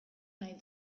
nahi